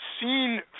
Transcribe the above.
Seen